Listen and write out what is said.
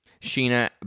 Sheena